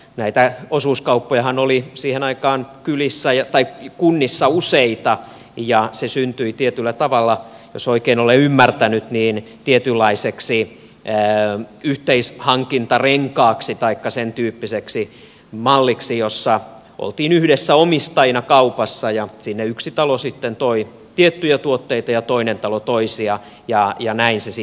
näitä osuuskauppojahan oli siihen aikaan kunnissa useita ja se syntyi tietyllä tavalla jos oikein olen ymmärtänyt tietynlaiseksi yhteishankintarenkaaksi taikka sentyyppiseksi malliksi jossa oltiin yhdessä omistajina kaupassa ja sinne yksi talo sitten toi tiettyjä tuotteita ja toinen talo toisia ja näin se sitten toimi